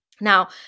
Now